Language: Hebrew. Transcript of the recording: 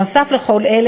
נוסף על כל אלה,